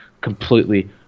completely